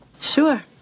sure